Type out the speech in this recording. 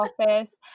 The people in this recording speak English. office